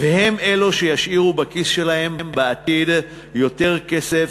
והם אלו שישאירו בכיס שלהם בעתיד יותר כסף